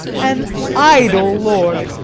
an idle lord,